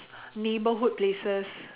neighbourhood places